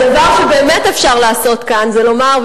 הדבר שבאמת אפשר לעשות כאן זה לומר,